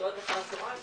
בשעות אחר הצוהריים,